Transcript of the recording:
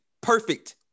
perfect